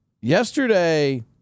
yesterday